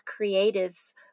creatives